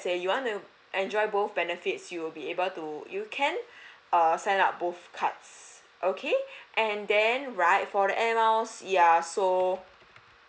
say you want to enjoy both benefits you'll be able to you can err sign up both cards okay and then right for air miles ya so